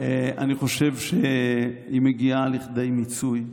אני חושב שהיא מגיעה לכדי מיצוי.